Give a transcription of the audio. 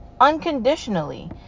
unconditionally